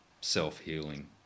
self-healing